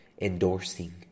endorsing